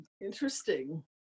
interesting